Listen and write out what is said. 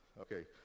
Okay